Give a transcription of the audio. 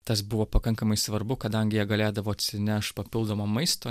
tas buvo pakankamai svarbu kadangi jie galėdavo atsinešt papildomo maisto